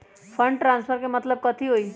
Fund transfer के मतलब कथी होई?